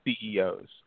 CEOs